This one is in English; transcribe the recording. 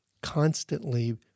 constantly